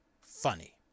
funny